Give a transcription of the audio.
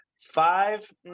five